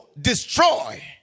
destroy